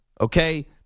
okay